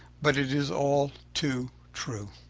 but it is all too true.